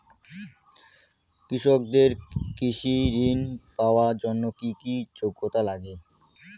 কৃষকদের কৃষি ঋণ পাওয়ার জন্য কী কী যোগ্যতা লাগে?